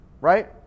right